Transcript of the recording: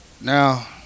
Now